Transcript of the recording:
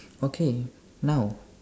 okay now